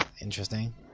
interesting